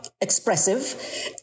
expressive